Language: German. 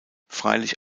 freilich